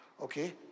Okay